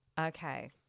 Okay